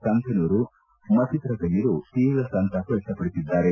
ಸಂಕನೂರ ಮತ್ತಿತರ ಗಣ್ಯರು ತೀವ್ರ ಸಂತಾಪ ವ್ಯಕ್ತಪಡಿಸಿದ್ದಾರೆ